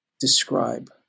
describe